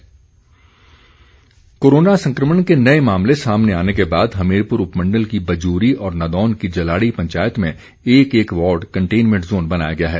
containment zone corona संक्रमण के नए मामले सामने आने के बाद हमीरपुर उपमण्डल की बजूरी और नादौन की जलाड़ी पंचायत में एक एक वॉर्ड कंटेनमेंट जोन बनाया गया है